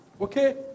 okay